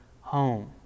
home